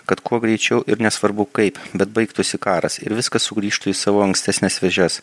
kad kuo greičiau ir nesvarbu kaip bet baigtųsi karas ir viskas sugrįžtų į savo ankstesnes vėžes